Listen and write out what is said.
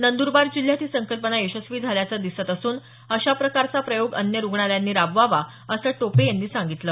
नंदूरबार जिल्ह्यात ही संकल्पना यशस्वी झाल्याचं दिसत असून अशा प्रकारचा प्रयोग अन्य रुग्णालयांनी राबवावा असं टोपे यांनी सांगितलं